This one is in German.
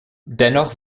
dennoch